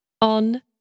on